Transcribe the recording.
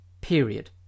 period